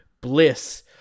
bliss